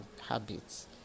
habits